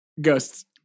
Ghosts